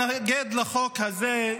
אני רוצה להתנגד לחוק הזה,